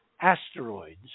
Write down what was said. asteroids